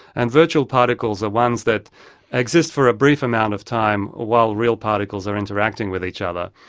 and virtual particles are ones that exist for a brief amount of time while real particles are interacting with each other.